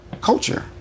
culture